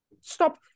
stop